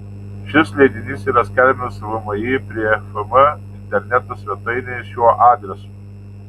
šis leidinys yra skelbiamas vmi prie fm interneto svetainėje šiuo adresu